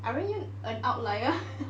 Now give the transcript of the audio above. aren't you an outlier